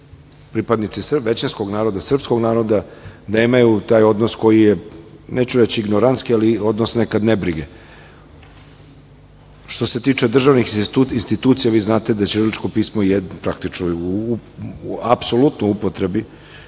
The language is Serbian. pripadnici većinskog naroda, srpskog naroda, da imaju taj odnos koji je, neću reći ignorantski, ali odnos nekad ne brige. Što se tiče državnih institucija, vi znate da je ćiriličko pismo u apsolutnoj upotrebi,